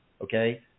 okay